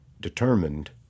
determined